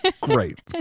Great